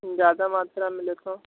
ज़्यादा मात्रा मिलें तो